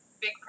big